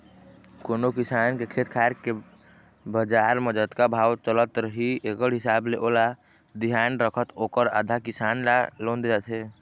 कोनो किसान के खेत खार के बजार म जतका भाव चलत रही एकड़ हिसाब ले ओला धियान रखत ओखर आधा, किसान ल लोन दे जाथे